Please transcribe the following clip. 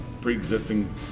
pre-existing